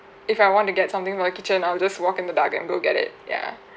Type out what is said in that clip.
if I want to get something from the kitchen I'll just walk in the bag and go get it ya